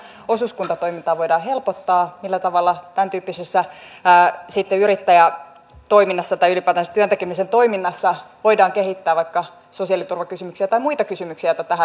millä tavalla osuuskuntatoimintaa voidaan helpottaa millä tavalla tämäntyyppisessä yrittäjätoiminnassa tai ylipäätänsä työn tekemisen toiminnassa voidaan kehittää vaikka sosiaaliturvakysymyksiä tai muita kysymyksiä joita tähän liittyy